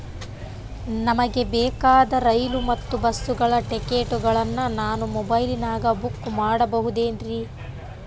ನಮಗೆ ಬೇಕಾದ ರೈಲು ಮತ್ತ ಬಸ್ಸುಗಳ ಟಿಕೆಟುಗಳನ್ನ ನಾನು ಮೊಬೈಲಿನಾಗ ಬುಕ್ ಮಾಡಬಹುದೇನ್ರಿ?